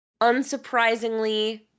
Unsurprisingly